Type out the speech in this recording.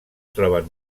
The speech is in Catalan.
troben